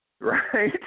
right